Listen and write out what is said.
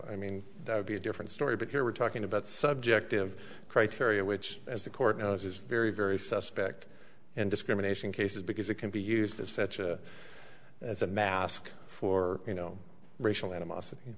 i mean that would be a different story but here we're talking about subjective criteria which as the court knows is very very suspect and discrimination cases because it can be used as such as a mask for you know racial animosity